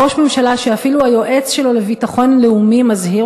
ראש ממשלה שאפילו היועץ שלו לביטחון לאומי מזהיר